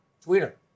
Twitter